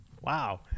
wow